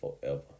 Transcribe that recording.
Forever